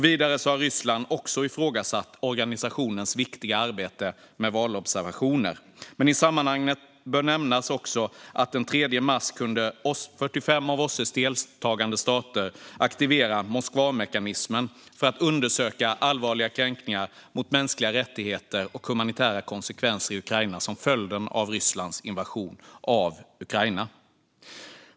Vidare har Ryssland ifrågasatt organisationens viktiga arbete med valobservation. I sammanhanget bör dock nämnas att 45 av OSSE:s deltagande stater den 3 mars kunde aktivera Moskvamekanismen för att undersöka de allvarliga kränkningar mot mänskliga rättigheter och de humanitära konsekvenser i Ukraina som är följden av Rysslands invasion av Ukraina.